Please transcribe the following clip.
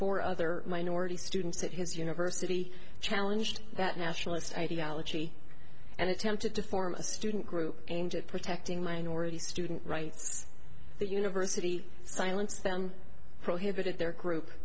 four other minority students at his university challenge to that nationalist ideology and attempted to form a student group aimed at protecting minority student rights the university silence them prohibited their group